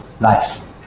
life